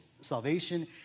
salvation